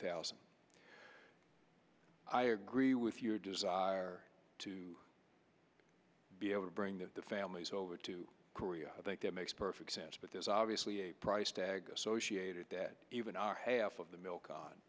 thousand i agree with your desire to be able to bring the families over to korea i think that makes perfect sense but there's obviously a price tag associated that even our half of the milk on